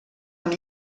amb